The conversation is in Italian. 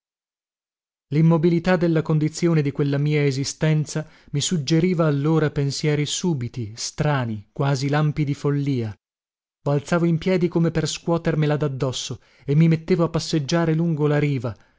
limmobilità della condizione di quella mia esistenza mi suggeriva allora pensieri sùbiti strani quasi lampi di follia balzavo in piedi come per scuotermela daddosso e mi mettevo a passeggiare lungo la riva